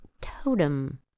Totem